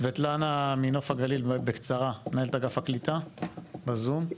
סבטלנה מנוף הגליל, מנהלת אגף הקליטה, בזום.